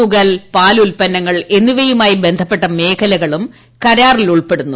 തുകൽ പാൽ ഉൽപ്പന്നങ്ങൾ എന്നിവയുമായി ബന്ധപ്പെട്ട മേഖലകളും കരാറിൽ ഉൾപ്പെടുന്നു